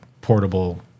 portable